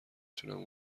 تونم